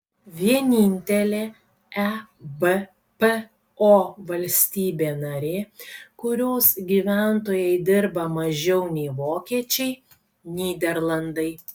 vienintelė ebpo valstybė narė kurios gyventojai dirba mažiau nei vokiečiai nyderlandai